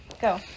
go